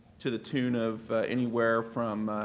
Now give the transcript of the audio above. to the tune of anywhere from